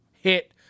hit